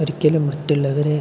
ഒരിക്കലും മറ്റുള്ളവരെ